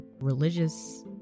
religious